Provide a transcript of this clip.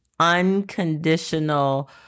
unconditional